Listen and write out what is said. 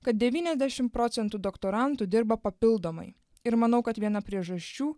kad devyniasdešimt procentų doktorantų dirba papildomai ir manau kad viena priežasčių